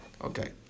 Okay